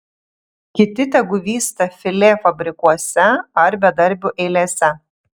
kiti tegu vysta filė fabrikuose ar bedarbių eilėse